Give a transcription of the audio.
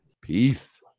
Peace